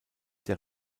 der